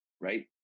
right